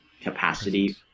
capacity